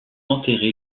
enterré